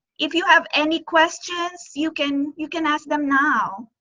if you have any questions, you can you can ask them now.